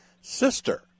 sister